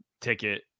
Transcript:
ticket